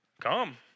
Come